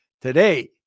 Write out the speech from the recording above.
Today